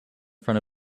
front